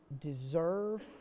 deserve